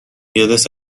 یادت